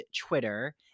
Twitter